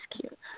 cute